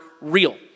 real